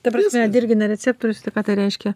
ta prasme dirgina receptorius tai ką tai reiškia